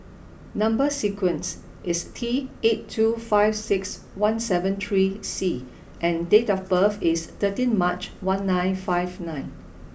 number sequence is T eight two five six one seven three C and date of birth is thirteen March one nine five nine